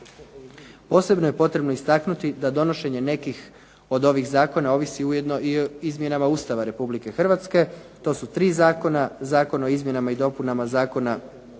Posebno je potrebno istaknuti da donošenje nekih od ovih zakona ovisi ujedno i o izmjenama Ustava Republike Hrvatske. To su tri zakona, Zakon o izmjenama i dopunama Zakona o